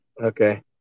Okay